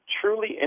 truly